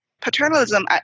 paternalism